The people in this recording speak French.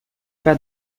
pas